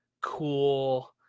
cool